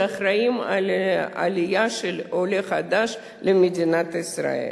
שאחראים על העלייה של העולה החדש למדינת ישראל.